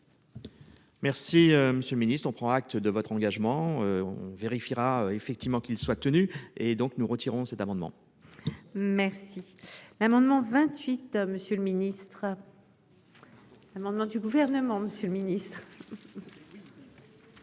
Merci, monsieur le Ministre, on prend acte de votre engagement. On vérifiera effectivement qu'ils soient tenus et donc nous retirons cet amendement. Merci. L'amendement 28, Monsieur le Ministre. L'amendement du gouvernement, Monsieur le Ministre.